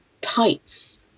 tights